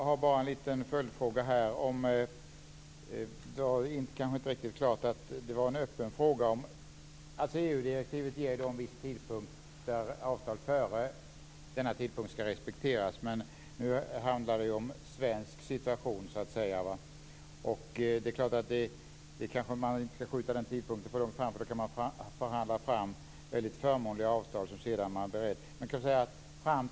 Herr talman! Jag har en följdfråga. EU-direktivet ger en viss tidpunkt där avtal före denna tidpunkt skall respekteras. Men nu handlar det ju om svensk situation. Man kanske inte skall skjuta fram den tidpunkten alltför långt. Då kan man förhandla fram väldigt förmånliga avtal.